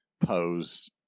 pose